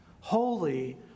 Holy